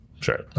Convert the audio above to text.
Sure